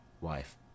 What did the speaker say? Wife